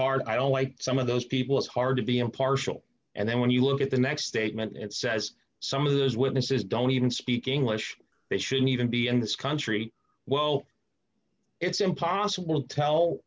hard i don't like some of those people it's hard to be impartial and then when you look at the next statement it says some of those witnesses don't even speak english they shouldn't even be in this country well it's impossible to tell